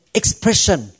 expression